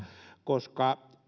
koska